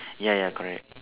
ya ya correct